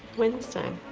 wednesday.